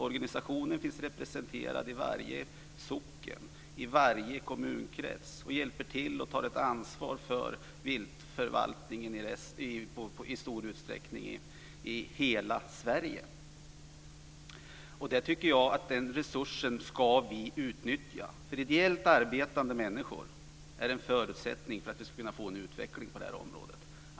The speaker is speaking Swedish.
Organisationen finns representerad i varje socken, i varje kommunkrets och hjälper till och tar ett ansvar för viltförvaltningen i stor utsträckning i hela Sverige. Den resursen tycker jag att vi ska utnyttja. Ideellt arbetande människor är en förutsättning för att vi ska kunna få en utveckling på det här området.